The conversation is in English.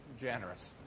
generous